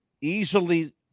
easily